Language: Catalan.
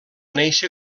néixer